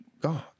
god